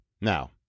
Now